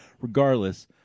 Regardless